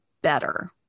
better